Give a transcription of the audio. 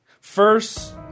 First